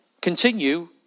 continue